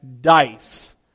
dice